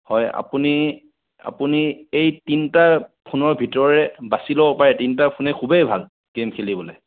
হয় আপুনি আপুনি এই তিনিটা ফোনৰ ভিতৰৰে বাচি ল'ব পাৰে তিনিটা ফোনেই খুবেই ভাল গেম খেলিবলৈ